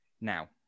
now